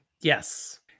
Yes